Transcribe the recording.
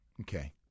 Okay